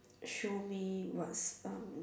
show me what's um